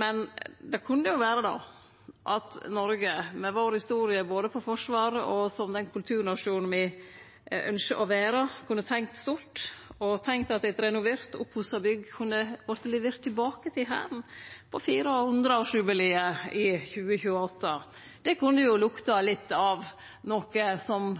men det kunne jo vere at Noreg, med vår forsvarshistorie og som den kulturnasjonen me ønskjer å vere, kunne tenkt stort og at eit renovert, oppussa bygg kunne vorte levert tilbake til Hæren til 400-årsjubileet i 2028. Det kunne lukta litt av noko som